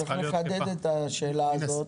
צריך לחדד את השאלה הזאת.